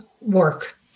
work